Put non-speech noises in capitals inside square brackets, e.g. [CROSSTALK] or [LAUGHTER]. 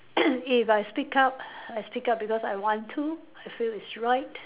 [COUGHS] if I speak up I speak up because I want to I feel it's right